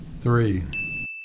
Three